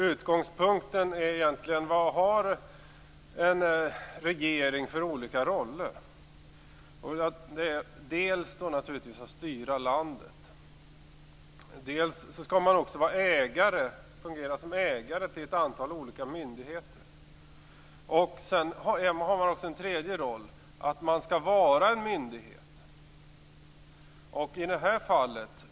Utgångspunkten är egentligen frågan om vilka olika roller en regering har. Det är naturligtvis dels att styra landet, dels att fungera som ägare till ett antal olika myndigheter. Man har också en tredje roll. Man skall vara en myndighet.